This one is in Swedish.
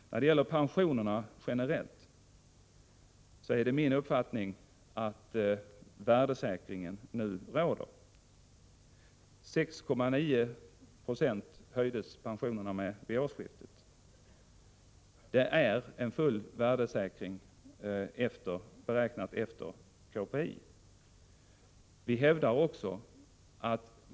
När det gäller pensionerna generellt har de nu värdesäkrats. 6,9 20 höjdes pensionerna med vid årsskiftet — det är en full värdesäkring beräknad efter KPI.